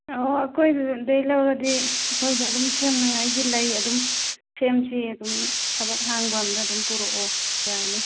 ꯑꯣ ꯑꯩꯈꯣꯏ ꯂꯧꯔꯗꯤ ꯑꯩꯈꯣꯏꯗ ꯑꯗꯨꯝ ꯁꯦꯝꯅꯉꯥꯏꯒꯤ ꯂꯩ ꯑꯗꯨꯝ ꯁꯦꯝꯁꯤ ꯑꯗꯨꯝ ꯊꯕꯛ ꯍꯥꯡꯕ ꯑꯃꯗ ꯑꯗꯨꯝ ꯄꯨꯔꯛꯑꯣ ꯌꯥꯅꯤ